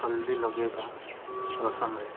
ହଳଦୀ ଲଗାଇବା ରଶମରେ